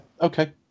okay